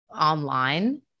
online